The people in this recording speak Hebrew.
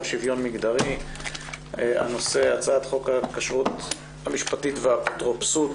ולשוויון מגדרי בנושא הצעת חוק הכשרות המשפטית והאפוטרופסות